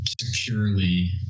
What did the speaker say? securely